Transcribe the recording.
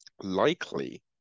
likely